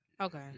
Okay